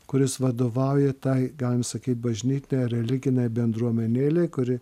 kuris vadovauja tai galim sakyt bažnytinei ar religinei bendruomenėlei kuri